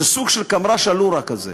של איזה סוג של קמר"ש הלור"ל כזה,